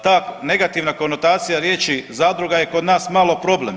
Ta negativna konotacija riječi zadruga je kod nas malo problem.